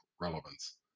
relevance